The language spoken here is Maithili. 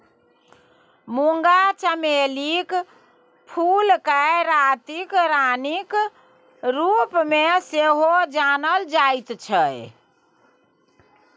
मूंगा चमेलीक फूलकेँ रातिक रानीक रूपमे सेहो जानल जाइत छै